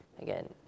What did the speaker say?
again